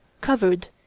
covered